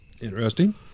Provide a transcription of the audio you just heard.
Interesting